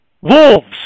wolves